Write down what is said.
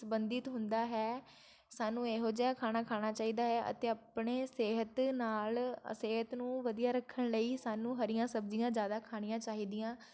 ਸੰਬੰਧਿਤ ਹੁੰਦਾ ਹੈ ਸਾਨੂੰ ਇਹੋ ਜਿਹਾ ਖਾਣਾ ਖਾਣਾ ਚਾਹੀਦਾ ਹੈ ਅਤੇ ਆਪਣੇ ਸਿਹਤ ਨਾਲ ਸਿਹਤ ਨੂੰ ਵਧੀਆ ਰੱਖਣ ਲਈ ਸਾਨੂੰ ਹਰੀਆਂ ਸਬਜ਼ੀਆਂ ਜਿਆਦਾ ਖਾਣੀਆਂ ਚਾਹੀਦੀਆਂ